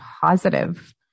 positive